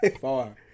far